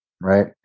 right